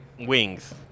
wings